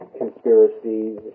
conspiracies